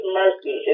mercy